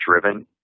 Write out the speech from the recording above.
driven